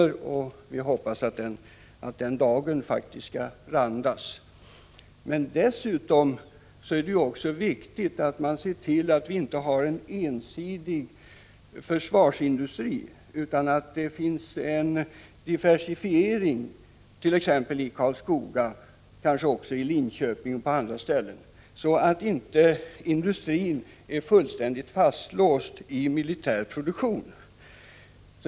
Vi hoppas att den dagen skall randas. Dessutom är det viktigt att se till att vi inte har en ensidig försvarsindustri, utan att det finns en diversifiering, t.ex. i Karlskoga, kanske i Linköping och på en del andra ställen, så att inte industrin är fullkomligt fastlåst i militär produktion.